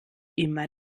immer